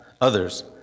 others